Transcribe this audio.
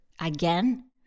again